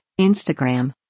Instagram